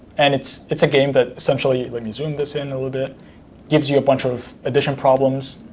and it's it's a game that essentially let me zoom this in a little bit gives you a bunch of addition problems,